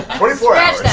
twenty four